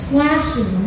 Flashing